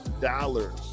dollars